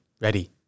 ready